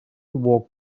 wore